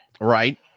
Right